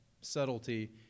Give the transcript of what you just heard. subtlety